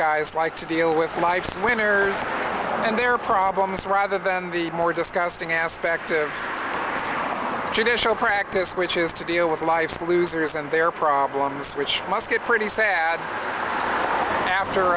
guys like to deal with life's winners and their problems rather than the more disgusting aspect of judicial practice which is to deal with life's losers and their problems which must get pretty sad after